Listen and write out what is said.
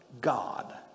God